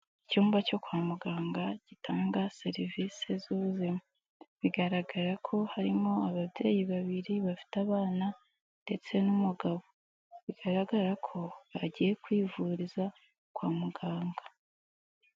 Icyumba cyo kwa muganga gitanga serivise z'ubuzima, bigaragara ko harimo ababyeyi babiri bafite abana ndetse n'umugabo, bigaragara ko bagiye kwivuriza kwa muganga.